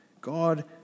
God